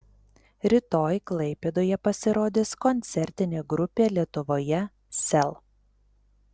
rytoj klaipėdoje pasirodys koncertinė grupė lietuvoje sel